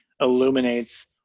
illuminates